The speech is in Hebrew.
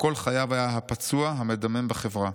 וכל חייו היה הפצוע המדמם בחברה.